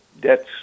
Debts